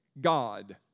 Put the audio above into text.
God